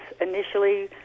initially